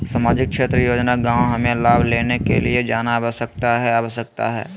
सामाजिक क्षेत्र योजना गांव हमें लाभ लेने के लिए जाना आवश्यकता है आवश्यकता है?